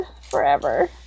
forever